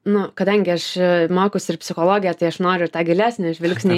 nu kadangi aš mokausi ir psichologiją tai aš noriu ir tą gilesnį žvilgsnį